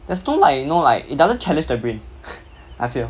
there's no like you know like it doesn't challenge the brain I feel